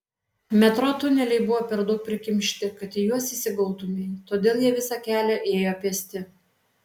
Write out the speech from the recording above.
metro tuneliai buvo per daug prikimšti kad į juos įsigautumei todėl jie visą kelią ėjo pėsti